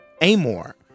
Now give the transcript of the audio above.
Amor